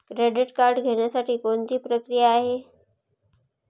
Credit card घेण्यासाठी कोणती प्रक्रिया आहे?